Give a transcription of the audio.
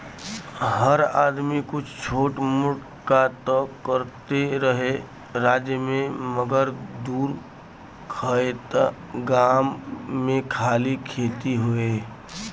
हर आदमी कुछ छोट मोट कां त करते रहे राज्य मे मगर दूर खएत गाम मे खाली खेती होए